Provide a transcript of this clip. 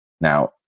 Now